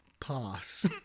Pass